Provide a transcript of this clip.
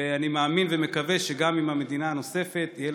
ואני מאמין ומקווה שגם עם המדינה הנוספת יהיו